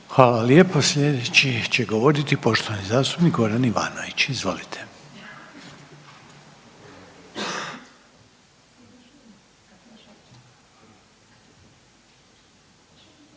Hvala lijepo. Slijedeći će govoriti poštovani zastupnik Goran Ivanović, izvolite.